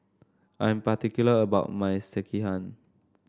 I am particular about my Sekihan